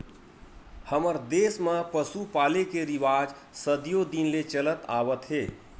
हमर देस म पसु पाले के रिवाज सदियो दिन ले चलत आवत हे